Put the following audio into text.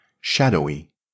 shadowy